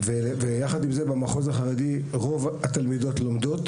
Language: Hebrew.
יחד עם זאת במגזר החרדי רוב התלמידות לומדות